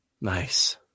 Nice